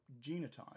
genotype